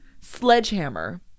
sledgehammer